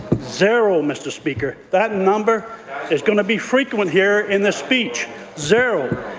zero, mr. speaker. that number is going to be frequent here in this speech zero.